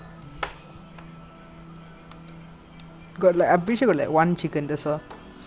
because at first at first we thought is